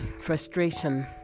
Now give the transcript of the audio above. frustration